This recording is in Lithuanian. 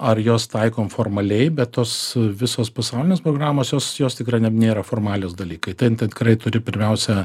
ar jos taikom formaliai bet tos visos pasaulinės programos jos jos tikrai nėra formalios dalykai ten ten tikrai turi pirmiausia